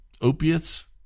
opiates